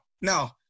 Now